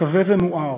כבה ומואר,